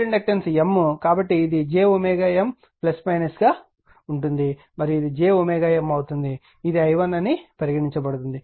కాబట్టి ఇది j M గా ఉంటుంది మరియు ఇది jM అవుతుంది ఇది i1 అని పరిగణించబడుతుంది